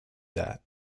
that